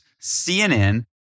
CNN